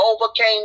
overcame